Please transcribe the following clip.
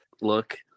look